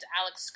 alex